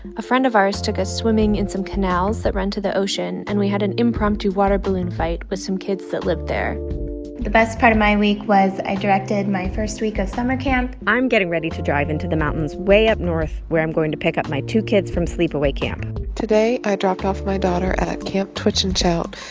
a friend of ours took us swimming in some canals that run to the ocean, and we had an impromptu water balloon fight with some kids that lived there the best part of my week was i directed my first week of summer camp i'm getting ready to drive into the mountains way up north, where i'm going to pick up my two kids from sleepaway camp today i dropped off my daughter at camp twitch and shout.